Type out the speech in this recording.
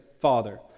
father